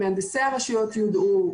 מהנדסי הרשויות יודעו,